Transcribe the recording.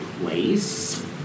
place